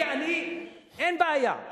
אין בעיה.